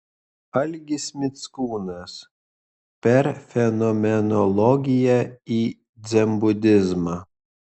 algis mickūnas per fenomenologiją į dzenbudizmą